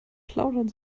plaudern